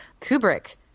Kubrick